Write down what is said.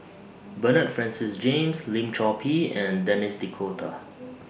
Bernard Francis James Lim Chor Pee and Denis D'Cotta